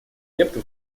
лепту